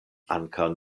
ankaŭ